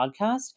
podcast